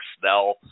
Snell